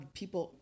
people